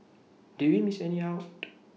did we miss any out